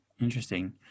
Interesting